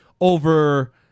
over